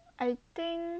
I think